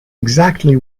exactly